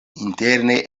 interne